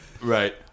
right